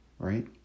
right